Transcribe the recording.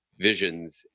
visions